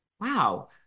wow